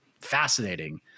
fascinating